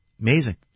Amazing